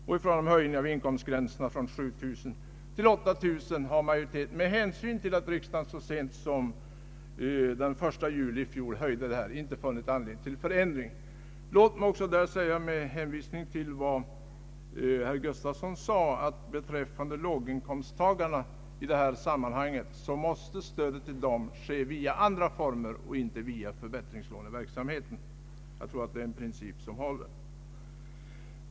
I fråga om en höjning av inkomstgränsen från 7 000 till 8 000 kronor har majoriteten med hänsyn till att riksdagen så sent som den 1 juli 1969 beslutat en höjning av inkomstgränsen inte funnit anledning till ändring. Låt mig också på denna punkt med anledning av vad herr Nils-Eric Gustafsson i detta sammanhang anförde säga att stödet till låginkomsttagarna bör lämnas via andra former och inte via förbättringslåneverksamheten. Jag tror att det är en princip som håller.